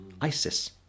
ISIS